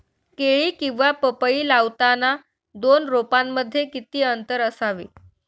केळी किंवा पपई लावताना दोन रोपांमध्ये किती अंतर असावे?